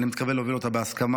אני מתכוון להוביל אותה בהסכמה,